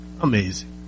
Amazing